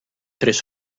tres